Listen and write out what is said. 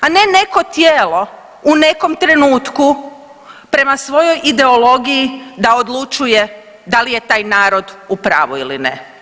A ne neko tijelo u nekom trenutku prema svojoj ideologiji da odlučuje da li je taj narod u pravu ili ne.